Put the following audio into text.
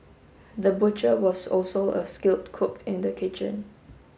the butcher was also a skilled cook in the kitchen